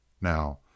Now